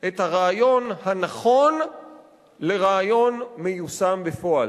את הרעיון הנכון לרעיון שמיושם בפועל.